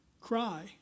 cry